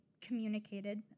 communicated